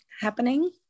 happening